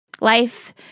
Life